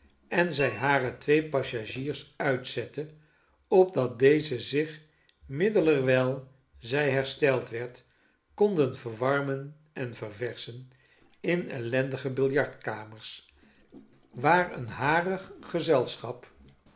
en zij hare twee passagiers uitzette opdat deze zich middelerwijl zij hersteld werd konden verwarmen en ververschen in ellendige biljartkamers waar een harig gezelschap